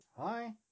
Hi